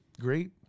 great